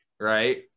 right